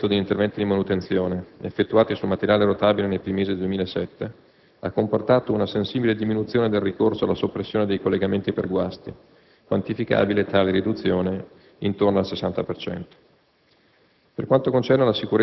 Peraltro, il recente incremento degli interventi di manutenzione, effettuati sul materiale rotabile nei primi mesi del 2007, ha comportato una sensibile diminuzione del ricorso alla soppressione dei collegamenti per guasti, riduzione quantificabile intorno al 60